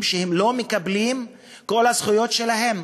הם לא מקבלים את כל הזכויות שלהם,